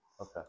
Okay